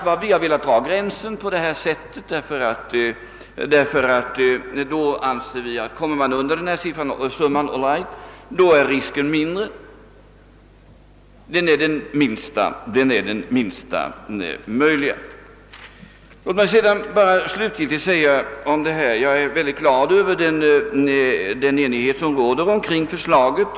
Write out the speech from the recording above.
Vi har velat sätta gränsen vid 150 000 kronor, ty vi anser att om man kommer under denna summa är risken mindre — den är den minsta möjliga. Låt mig slutligen säga att jag är mycket glad över den enighet som råder omkring förslaget.